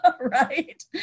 right